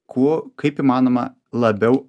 kuo kaip įmanoma labiau